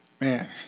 Man